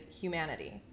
humanity